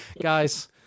guys